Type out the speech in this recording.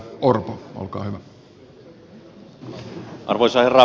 arvoisa herra puhemies